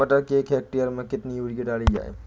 मटर के एक हेक्टेयर में कितनी यूरिया डाली जाए?